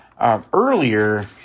earlier